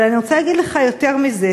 אבל אני רוצה לומר לך יותר מזה.